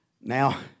now